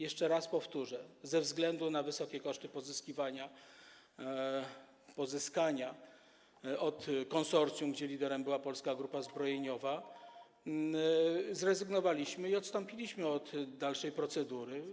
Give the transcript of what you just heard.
Jeszcze raz powtórzę: ze względu na wysokie koszty pozyskania tego od konsorcjum, którego liderem była Polska Grupa Zbrojeniowa, zrezygnowaliśmy, odstąpiliśmy od dalszej procedury.